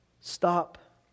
Stop